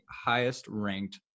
highest-ranked